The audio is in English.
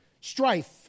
strife